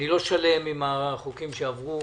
אני לא שלם עם החוקים שעברו,